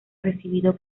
recibido